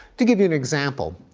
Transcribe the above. to give you an example,